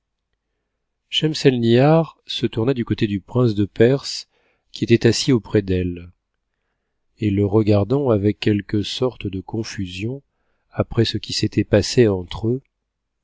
schemselnihar se tourna du côté du prince de perse qui était assis auprès d'elle et le regardant avec quelque sorte de confusion après ce qui s'était passé entre eux